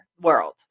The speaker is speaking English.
World